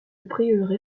prieuré